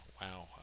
wow